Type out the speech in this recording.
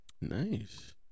Nice